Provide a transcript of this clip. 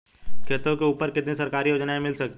खेतों के ऊपर कितनी सरकारी योजनाएं मिल सकती हैं?